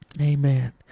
Amen